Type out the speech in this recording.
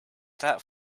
that